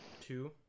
Two